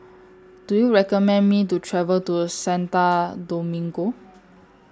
Do YOU recommend Me to travel to Santo Domingo